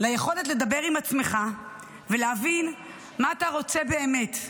ליכולת לדבר עם עצמך ולהבין מה אתה רוצה באמת,